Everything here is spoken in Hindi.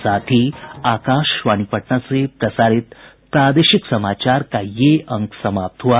इसके साथ ही आकाशवाणी पटना से प्रसारित प्रादेशिक समाचार का ये अंक समाप्त हुआ